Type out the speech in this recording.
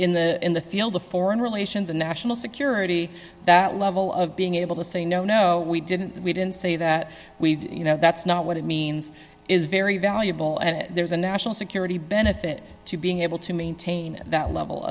in the in the field of foreign relations and national security that level of being able to say no no we didn't we didn't say that we you know that's not what it means is very valuable and there's a national security benefit to being able to maintain that level